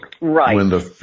Right